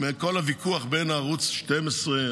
מכל הוויכוח בין ערוץ 12,